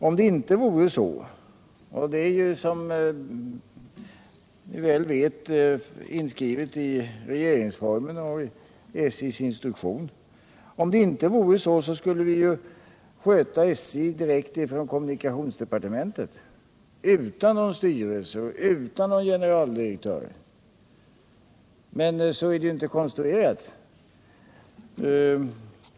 Om det inte vore så —- och det är som vi väl vet inskrivet i regeringsformen och i SJ:s instruktion — skulle vi sköta SJ direkt från kommunikationsdepartementet utan någon styrelse och utan någon generaldirektör, men så är det ju inte konstruerat.